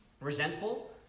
resentful